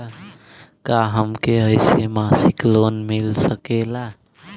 का हमके ऐसे मासिक लोन मिल सकेला?